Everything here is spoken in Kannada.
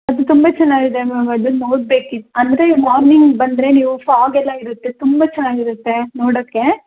ಅದು ತುಂಬ ಚೆನ್ನಾಗಿದೆ ಮ್ಯಾಮ್ ಅದನ್ ನೋಡ್ಬೇಕಿತ್ತು ಅಂದರೆ ಮಾರ್ನಿಂಗ್ ಬಂದರೆ ನೀವು ಫಾಗ್ ಎಲ್ಲ ಇರುತ್ತೆ ತುಂಬ ಚೆನ್ನಾಗಿರುತ್ತೆ ನೋಡೋಕ್ಕೆ